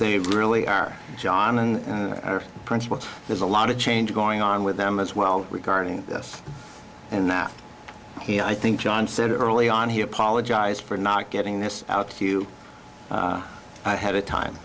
they really are john and principal there's a lot of change going on with them as well regarding this and that he i think john said early on he apologized for not getting this out if you had a time